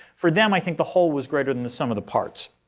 for them i think the whole was greater than the sum of the parts.